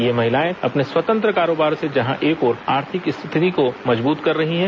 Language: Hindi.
ये महिलाएं अपने स्वतंत्र कारोबार से जहां एक ओर आर्थिक स्थिति को मजबूत कर रही है